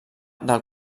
del